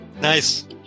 Nice